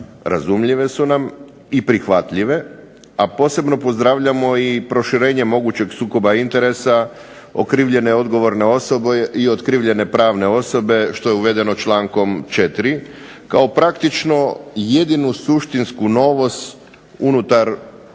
razumljive su nam i prihvatljive, a posebno pozdravljamo i proširenje mogućeg sukoba interesa okrivljene odgovorne osobe i okrivljene pravne osobe što je uvedeno člankom 4. Kao praktično jedinu suštinsku novost unutar osnovnog